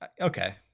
okay